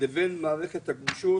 לבין מערכת הגמישות